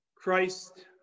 Christ